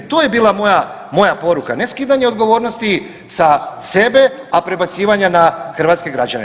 To je bila moja, moja poruka, ne skidanje odgovornosti sa sebe, a prebacivanja na hrvatske građane.